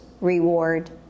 reward